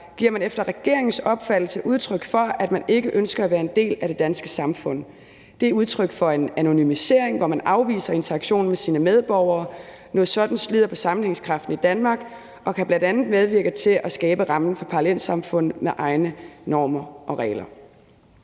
giver man efter regeringens opfattelse udtryk for, at man ikke ønsker at være en del af det danske samfund. Det er udtryk for en anonymisering, hvor man afviser interaktionen med sine medborgere. Noget sådant slider på sammenhængskraften i Danmark og kan bl.a. medvirke til at skabe rammen for parallelsamfund med egne normer og regler.«